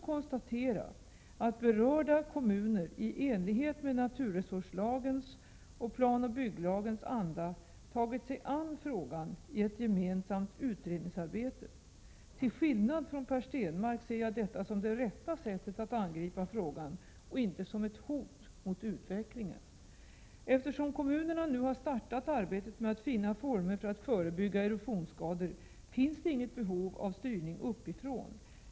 1987/88:129 konstatera att berörda kommuner i enlighet med naturresurslagens och plan 30 maj 1988 Till skillnad från Per Stenmarck ser jag detta som det rätta sättet att angripa R i. : På vissa strandfrågan och inte som ett hot mot utvecklingen. ; områden i Skåne Eftersom kommunerna nu har startat arbetet med att finna former för att förebygga erosionsskador, finns det inget behov av styrning uppifrån.